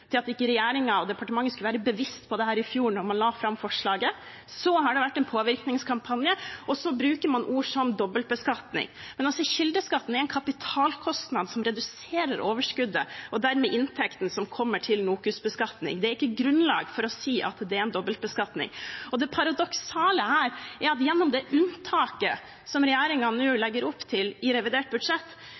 til at ikke regjeringen og departementet skulle være bevisst på dette i fjor, da man la fram forslaget. Så har det vært en påvirkningskampanje, og så bruker man ord som dobbeltbeskatning. Men kildeskatten er en kapitalkostnad som reduserer overskuddet, og dermed inntekten som kommer til NOKUS-beskatning. Det er ikke grunnlag for å si at det er en dobbeltbeskatning. Det paradoksale her er at det unntaket som regjeringen nå legger opp til i revidert budsjett,